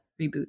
Reboot